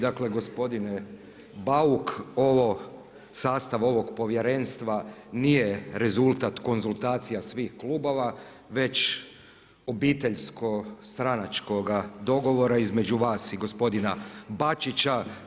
Dakle gospodine Bauk, sastav ovog povjerenstva nije rezultat konzultacija svih klubova, već obiteljsko stranačkoga dogovora između vas i gospodina Bačića.